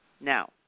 Now